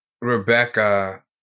Rebecca